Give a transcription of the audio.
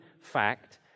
fact